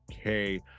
Okay